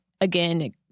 again